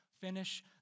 finish